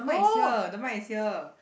mic is here the mic is here